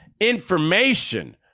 information